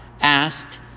Asked